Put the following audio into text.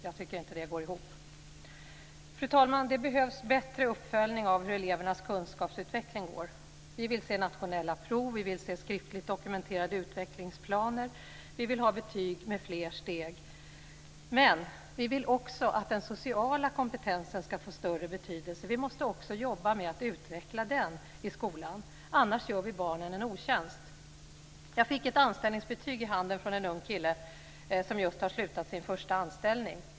Jag tycker inte att det går ihop. Fru talman! Det behövs en bättre uppföljning av hur elevernas kunskapsutveckling går. Vi vill se nationella prov, skriftligt dokumenterade utvecklingsplaner. Vi vill ha betyg med flera steg, men vi vill också att den sociala kompetensen skall få större betydelse. Vi måste jobba med att utveckla den i skolan. Annars gör vi barnen en otjänst. Jag fick ett anställningsbetyg i handen från en ung kille som just slutat sin första anställning.